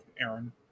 Aaron